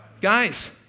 Guys